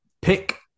pick